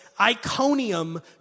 Iconium